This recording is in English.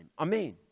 Amen